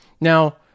Now